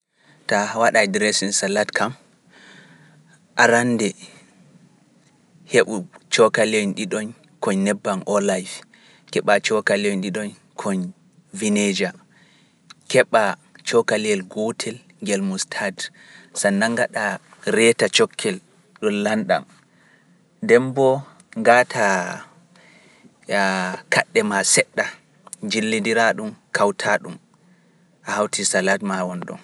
Ta waɗa e Dereeseen Salad kam, arannde heɓu cokaleeji ɗiɗoñ ko nebbam oolay, keɓa cokaleeji ɗiɗoñ koñ Vineja, keɓa cokaleeji gootel ngeel Mustaad, saa nanngaɗa reeta cokkel ɗum lanɗam, ndemboo gaata kaɗɗe maa seɗɗa, njillindira ɗum kawta ɗum, a hawti salat maa won ɗon.